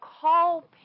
call